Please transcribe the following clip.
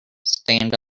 stand